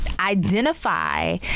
identify